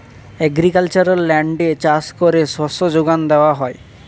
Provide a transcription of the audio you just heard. agricultural ল্যান্ডে চাষ করে শস্য যোগান দেওয়া হয়